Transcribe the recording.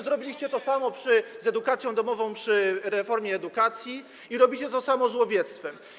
Zrobiliście to samo z edukacją domową przy reformie edukacji i robicie to samo z łowiectwem.